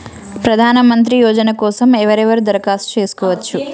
ప్రధానమంత్రి యోజన కోసం ఎవరెవరు దరఖాస్తు చేసుకోవచ్చు?